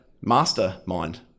mastermind